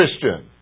Christian